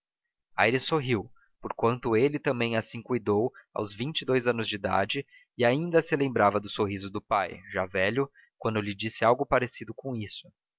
era aires sorriu porquanto ele também assim cuidou aos vinte e dous anos de idade e ainda se lembrava do sorriso do pai já velho quando lhe disse algo parecido com isso